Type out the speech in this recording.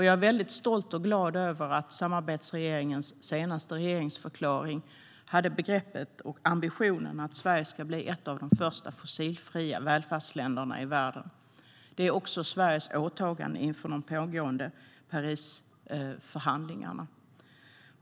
Jag är väldigt stolt och glad över att samarbetsregeringens senaste regeringsförklaring hade ambitionen att Sverige ska bli ett av de första fossilfria välfärdsländerna i världen. Det är också Sveriges åtagande inför de pågående Parisförhandlingarna.